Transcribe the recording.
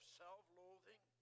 self-loathing